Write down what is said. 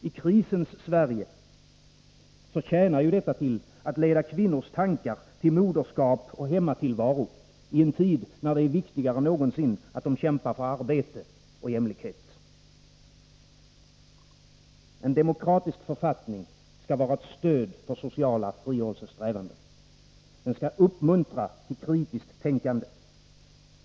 I krisens Sverige tjänar detta till att leda kvinnors tankar till moderskap och hemmatillvaro i en tid, när det är viktigare än någonsin att de kämpar för arbete och jämlikhet. En demokratisk författning skall vara ett stöd för sociala frigörelsesträvanden. Den skall uppmuntra till kritiskt tänkande.